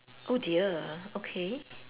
oh dear okay